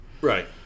Right